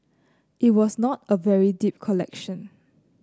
it was not a very deep collection